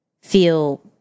feel